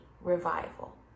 revival